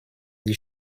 die